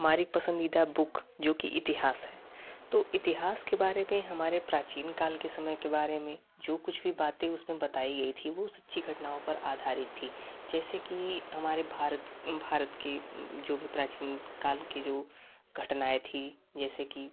हमारी पसंदीदा बूक जो कि इतिहास है तो इतिहास के बारे में हमारे प्राचीन काल के समय के बारे में जो कुछ भी बातें उसमें बताई गई थी वो सच्ची घटनाओं पर आधारित थी जैसे कि हमारे भारत भारत की जो भी प्राचीन काल के जो घटनाएं थी जैसे की